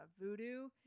voodoo